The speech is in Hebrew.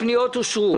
הצבעה הפניות אושרו.